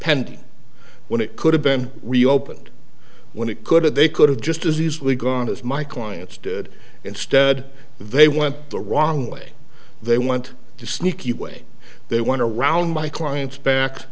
pending when it could have been reopened when it could have they could have just as easily gone as my clients did instead they went the wrong way they went to sneaky way they want to round my clients back